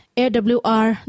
awr